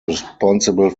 responsible